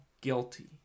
guilty